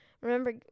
remember